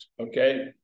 okay